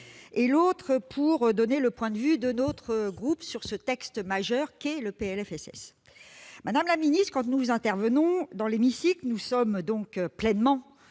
l'autre pour exprimer le point de vue de notre groupe sur ce texte majeur. Madame la ministre, quand nous intervenons dans l'hémicycle, nous exerçons pleinement